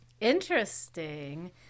interesting